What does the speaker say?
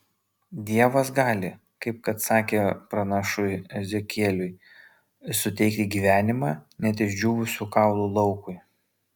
dievas gali kaip kad sakė pranašui ezekieliui suteikti gyvenimą net išdžiūvusių kaulų laukui